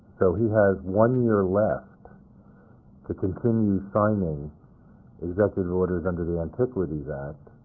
so he has one year left to continue signing executive orders under the antiquities act,